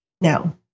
no